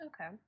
Okay